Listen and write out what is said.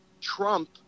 Trump